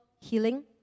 healing